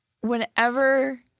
whenever